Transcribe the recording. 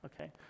okay